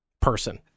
person